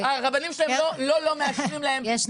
הרבנים שלהם לא לא מאשרים להם -- יש נתח שוק,